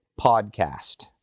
Podcast